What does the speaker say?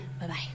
Bye-bye